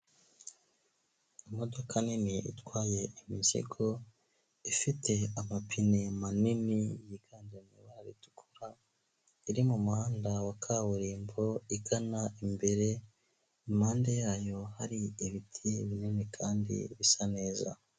Icyumba kigaragara nkaho hari ahantu bigira ikoranabuhanga, hari abagabo babiri ndetse hari n'undi utari kugaragara neza, umwe yambaye ishati y'iroze undi yambaye ishati y'umutuku irimo utubara tw'umukara, imbere yabo hari amaterefoni menshi bigaragara ko bari kwihugura.